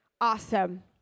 awesome